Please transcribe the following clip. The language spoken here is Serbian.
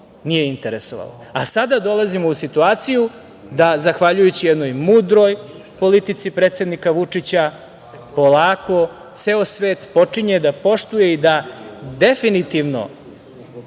nije interesovalo. Sada dolazimo u situaciju da zahvaljujući jednoj mudroj politici predsednika Vučića polako ceo svet počinje da poštuje i da definitivno